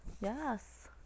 Yes